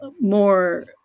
more